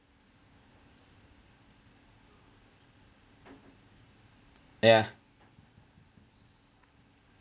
ya